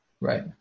Right